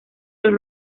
los